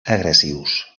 agressius